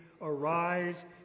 Arise